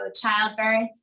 childbirth